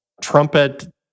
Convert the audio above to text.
trumpet